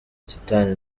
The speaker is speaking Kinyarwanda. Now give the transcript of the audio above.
satani